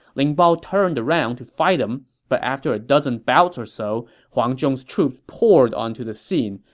ling bao turned around to fight him, but after a dozen bouts or so, huang zhong's troops poured onto the scene,